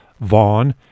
Vaughn